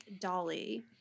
Dolly